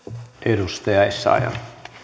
arvoisa